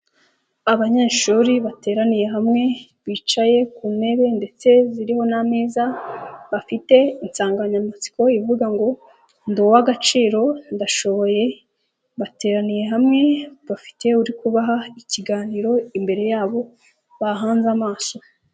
Abanyeshuri bateraniye hamwe bicaye ku ntebe ndetse ziriho n'ameza bafite insanganyamatsiko ivuga ngo Ndi uw'agaciro ndashoboye bateraniye hamwe bafite uri kubaha ikiganiro imbere yabo bahanze amaso.